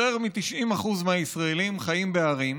יותר מ-90% מהישראלים חיים בערים,